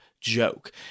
joke